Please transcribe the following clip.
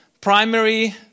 primary